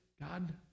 God